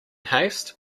haste